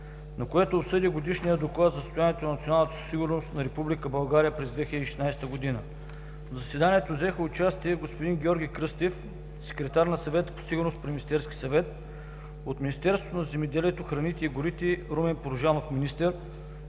на което обсъди Годишния доклад за състоянието на националната сигурност на Република България през 2016 г. В заседанието на комисията взеха участие господин Георги Кръстев – секретар на Съвета по сигурността при Министерския съвет; от Министерството на земеделието, храните и горите Румен Порожанов – министър,